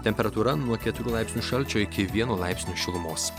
temperatūra nuo keturių laipsnių šalčio iki vieno laipsnio šilumos